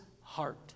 heart